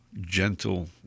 gentle